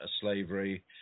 slavery